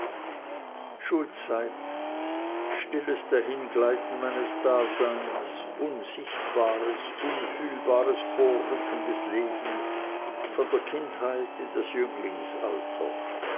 schulzeit stilles dahingleiten meines daseins unsichtbares unfühlbares vorrücken des lebens von der kindheit in das